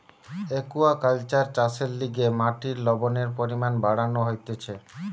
aquaculture চাষের লিগে মাটির লবণের পরিমান বাড়ানো হতিছে